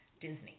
Disney